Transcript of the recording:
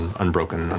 unbroken.